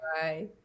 bye